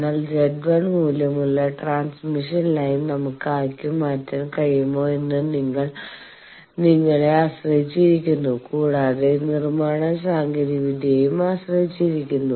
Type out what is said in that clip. എന്നാൽ Z1 മൂല്യമുള്ള transmission line നമ്മൾക്ക് ആക്കി മാറ്റാൻ കഴിയുമോ എന്നത് നിങ്ങളെ ആശ്രയിച്ചിരിക്കുന്നു കൂടാതെ നിർമ്മാണ സാങ്കേതികവിദ്യയെയും ആശ്രയിച്ചിരിക്കുന്നു